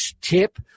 tip